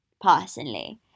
personally